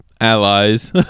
allies